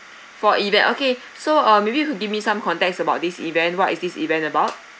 for event okay so uh maybe you could give me some context about this event what is this event about